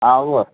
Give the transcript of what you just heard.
آ